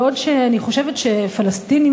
בעוד שאני חושבת שפלסטינים,